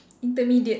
intermediate